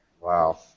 Wow